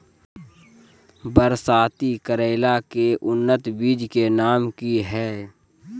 बरसाती करेला के उन्नत बिज के नाम की हैय?